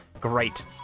great